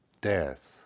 death